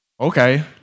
okay